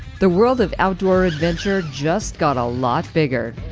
the world of outdoor adventure just got a lot bigger.